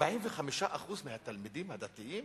45% מהתלמידים הדתיים